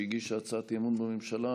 שהגישה הצעת אי-אמון בממשלה,